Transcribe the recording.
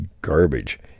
garbage